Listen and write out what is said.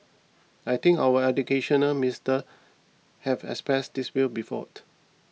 I think our educational minister has expressed this view before